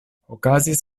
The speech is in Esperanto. okazis